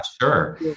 sure